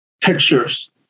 pictures